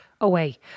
away